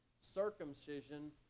circumcision